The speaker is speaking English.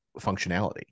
functionality